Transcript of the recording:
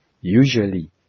usually